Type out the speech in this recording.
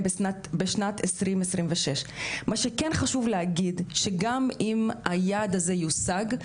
בשנת 2026. מה שכן חשוב להגיד שגם אם היעד הזה יושג,